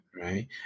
Right